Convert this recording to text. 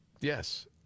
Yes